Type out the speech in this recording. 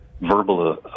verbal